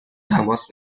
تماس